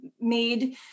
made